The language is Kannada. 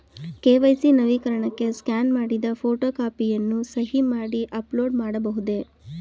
ಕೆ.ವೈ.ಸಿ ನವೀಕರಣಕ್ಕೆ ಸ್ಕ್ಯಾನ್ ಮಾಡಿದ ಫೋಟೋ ಕಾಪಿಯನ್ನು ಸಹಿ ಮಾಡಿ ಅಪ್ಲೋಡ್ ಮಾಡಬಹುದೇ?